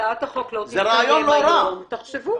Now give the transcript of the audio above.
הצעת החוק לא תסתיים היום תחשבו.